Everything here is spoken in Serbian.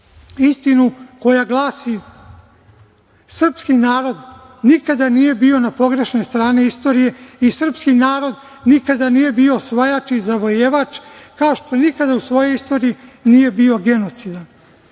Istinu koja glasi – srpski narod nikada nije bio na pogrešnoj strani istorije i srpski narod nikada nije bio osvajač i zavojevač, kao što nikada u svojoj istoriji nije bio genocidan.